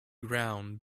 ground